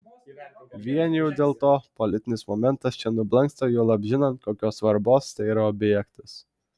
vien jau dėl to politinis momentas čia nublanksta juolab žinant kokios svarbos tai yra objektas